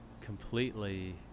completely